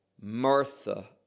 Martha